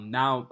now